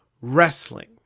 wrestling